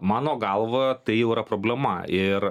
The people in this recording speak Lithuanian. mano galva tai jau yra problema ir